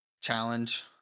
challenge